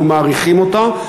אנחנו מעריכים אותה,